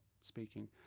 speaking